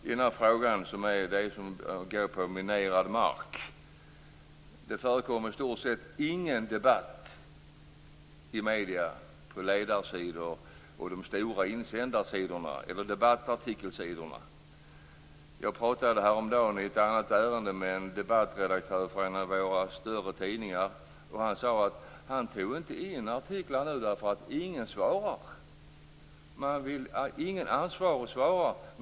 En annan fråga som är som att gå på minerad mark. Det förekommer i stort sett ingen debatt i medierna på ledarsidan, de stora insändarsidorna och debattartikelsidorna om detta. Jag pratade häromdagen i ett annat ärende med en debattredaktör från en av våra större tidningar. Han sade att han inte tog in artiklar därför ingen ansvarig svarar.